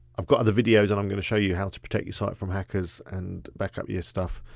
i've got other videos and i'm gonna show you how to protect your site from hackers and backup your stuff